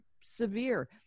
severe